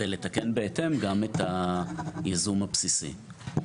ולתקן בהתאם גם את הייזום הבסיסי.